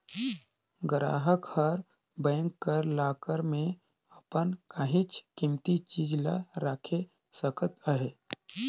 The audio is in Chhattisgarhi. गराहक हर बेंक कर लाकर में अपन काहींच कीमती चीज ल राएख सकत अहे